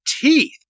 teeth